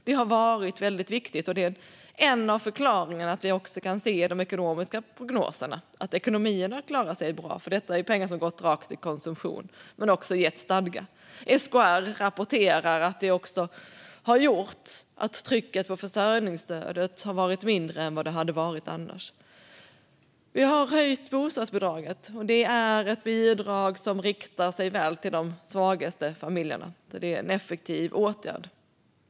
Det har varit väldigt viktigt, och det är en av förklaringarna till att vi också kan se i de ekonomiska prognoserna att ekonomin har klarat sig bra. Detta är ju pengar som har gått rakt till konsumtion men också gett stadga. SKR rapporterar att det också har gjort att trycket på försörjningsstödet har varit mindre än vad det annars skulle ha varit. Vi har höjt bostadsbidraget, som är ett bidrag som riktar sig väl till de svagaste familjerna. Det är en effektiv åtgärd.